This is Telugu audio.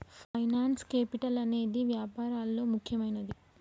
ఫైనాన్స్ కేపిటల్ అనేదే వ్యాపారాల్లో ముఖ్యమైనది